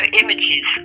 images